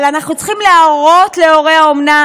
אבל אנחנו צריכים להראות להורי האומנה